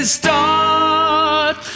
start